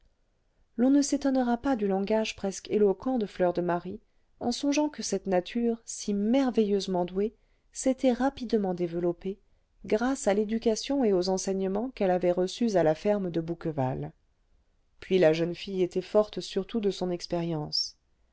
l'on ne s'étonnera pas du langage presque éloquent de fleur de marie en songeant que cette nature si merveilleusement douée s'était rapidement développée grâce à l'éducation et aux enseignements qu'elle avait reçus à la ferme de bouqueval puis la jeune fille était surtout forte de son expérience